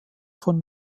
von